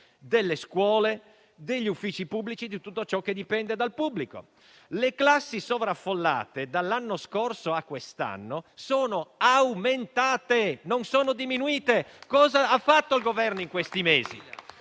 delle scuole, degli uffici pubblici e di tutto ciò che dipende dal pubblico. Le classi sovraffollate dall'anno scorso a quest'anno sono aumentate, non sono diminuite. Cosa ha fatto il Governo in questi mesi?